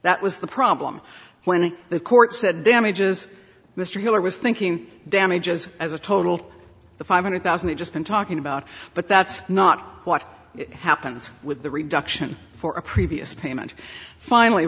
that was the problem when the court said damages mr heller was thinking damages as a total of five hundred thousand it just been talking about but that's not what happens with the reduction for a previous payment finally